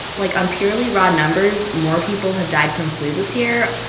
like, on purely raw numbers, more people have died from flu this year,